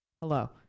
hello